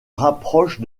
rapproche